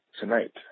tonight